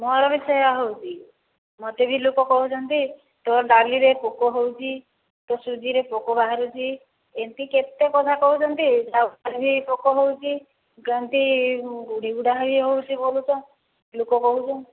ମୋର ବି ସେୟା ହେଉଛି ମୋତେ ବି ଲୋକ କହୁଛନ୍ତି ତୋ ଡାଲିରେ ପୋକ ହେଉଛି ତୋ ସୁଜିରେ ପୋକ ବାହାରୁଛି ଏମିତି କେତେ କଥା କହୁଛନ୍ତି ଚାଉଳରେ ବି ପୋକ ହେଉଛି ଏମିତି ଗୁଡ଼ି ଗୁଡ଼ା ହେଉଛି ବୋଲୁଛନ ଲୋକ କହୁଛନ